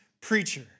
preacher